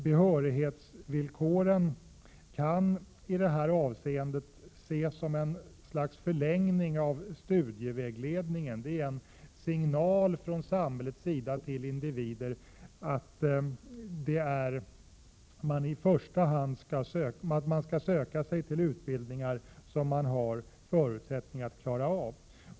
Behörighetsvillkoren kan i detta avseende ses som ett slags förlängning av studievägledningen, en signal från samhällets sida till individen att man skall söka sig till en utbildning som man har förutsättning att klara av.